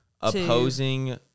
opposing